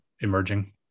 emerging